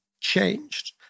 changed